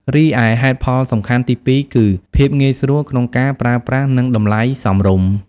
រីឯហេតុផលសំខាន់ទីពីរគឺ ភាពងាយស្រួលក្នុងការប្រើប្រាស់និងតម្លៃសមរម្យ។